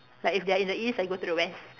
like if they are in the east I go to the west